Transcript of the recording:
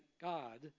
God